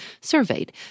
surveyed